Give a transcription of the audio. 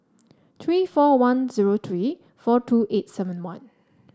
three four one zero three four two eight seven one